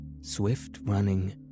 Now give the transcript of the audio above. swift-running